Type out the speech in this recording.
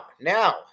now